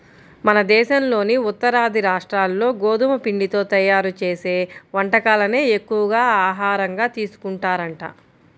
మన దేశంలోని ఉత్తరాది రాష్ట్రాల్లో గోధుమ పిండితో తయ్యారు చేసే వంటకాలనే ఎక్కువగా ఆహారంగా తీసుకుంటారంట